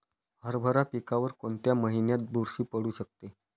हरभरा पिकावर कोणत्या महिन्यात बुरशी पडू शकते?